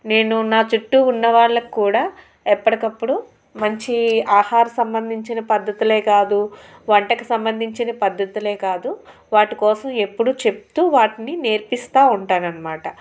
నేను నా చుట్టూ ఉన్న వాళ్ళకి కూడా ఎప్పటికప్పుడు మంచి ఆహార సంబంధించిన పద్ధతులే కాదు వంటకు సంబంధించిన పద్ధతులే కాదు వాటి కోసం ఎప్పుడు చెప్తూ వాటిని నేర్పిస్తూ ఉంటాననమాట